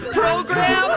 program